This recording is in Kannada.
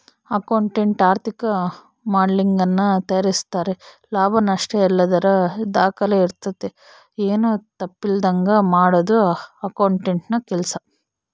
ಅಕೌಂಟೆಂಟ್ ಆರ್ಥಿಕ ಮಾಡೆಲಿಂಗನ್ನ ತಯಾರಿಸ್ತಾರೆ ಲಾಭ ನಷ್ಟಯಲ್ಲದರ ದಾಖಲೆ ಇರ್ತತೆ, ಏನು ತಪ್ಪಿಲ್ಲದಂಗ ಮಾಡದು ಅಕೌಂಟೆಂಟ್ನ ಕೆಲ್ಸ